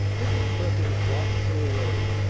mrs. perkins watched her away,